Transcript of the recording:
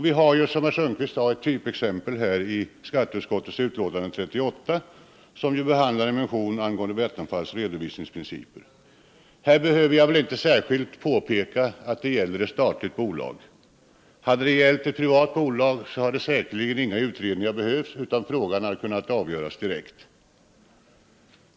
Vi har, som herr Sundkvist sade, ett typexempel i skatteutskottets betänkande nr 38 som ju behandlar en motion angående Vattenfalls redovisningsprinciper. Jag behöver väl här inte särskilt påpeka att det gäller ett statligt bolag. Om det hade gällt ett privat bolag hade säkerligen ingen utredning behövts, utan frågan hade kunnat avgöras direkt.